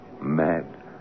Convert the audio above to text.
mad